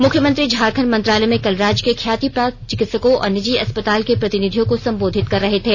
मुख्यमंत्री झारखण्ड मंत्रालय में कल राज्य के ख्याति प्राप्त चिकित्सकों और निजी अस्पताल के प्रतिनिधियों को संबोधित कर रहे थे